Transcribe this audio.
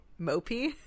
Mopey